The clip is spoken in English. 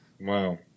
Wow